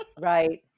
Right